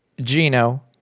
Gino